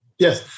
Yes